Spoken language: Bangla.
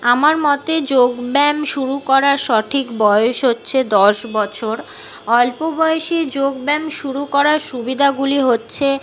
আমার মতে যোগব্যায়াম শুরু করার সঠিক বয়েস হচ্ছে দশ বছর অল্প বয়েসে যোগব্যায়াম শুরু করার সুবিধাগুলি হচ্ছে